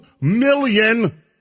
million